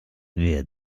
wir